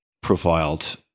profiled